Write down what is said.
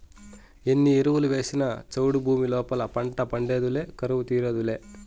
ఎన్ని ఎరువులు వేసినా చౌడు భూమి లోపల పంట పండేదులే కరువు తీరేదులే